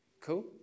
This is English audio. Cool